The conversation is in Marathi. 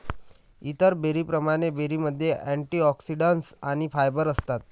इतर बेरींप्रमाणे, बेरीमध्ये अँटिऑक्सिडंट्स आणि फायबर असतात